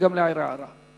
וגם להעיר הערה.